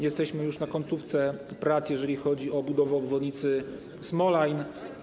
Jesteśmy już w końcówce prac, jeżeli chodzi o budowę obwodnicy Smolajn.